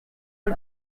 man